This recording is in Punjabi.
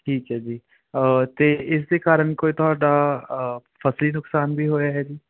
ਠੀਕ ਹੈ ਜੀ ਅਤੇ ਇਸ ਦੇ ਕਾਰਨ ਕੋਈ ਤੁਹਾਡਾ ਫਸਲੀ ਨੁਕਸਾਨ ਵੀ ਹੋਇਆ ਹੈ ਜੀ